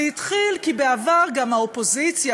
זה התחיל כי בעבר גם האופוזיציה,